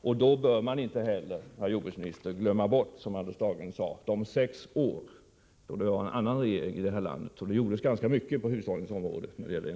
I det sammanhanget, herr jordbruksminister, bör man inte heller, som Anders Dahlgren sade, glömma bort de sex åren med en annan regering här i landet, då det gjordes ganska mycket på energihushållningens område.